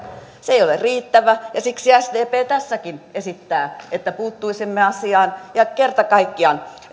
se ei ole riittävä ja siksi sdp tässäkin esittää että puuttuisimme asiaan ja kerta kaikkiaan